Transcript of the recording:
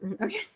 Okay